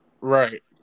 Right